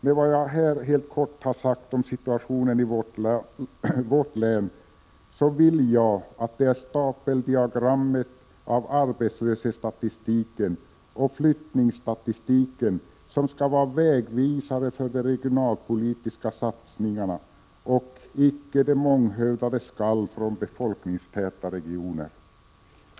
Med vad jag här helt kort har sagt om situationen i vårt län vill jag att stapeldiagrammet av arbetslöshetsstatistiken och flyttningsstatistiken skall vara vägvisare för de regionalpolitiska satsningarna och icke de månghövdades skall från befolkningstäta regioner.